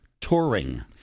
touring